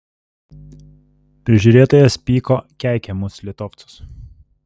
prižiūrėtojas pyko keikė mus litovcus